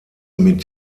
mit